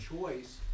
choice